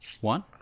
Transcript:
one